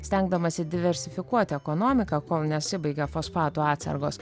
stengdamasi diversifikuoti ekonomiką kol nesibaigė fosfato atsargos